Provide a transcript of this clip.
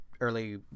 early